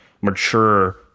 mature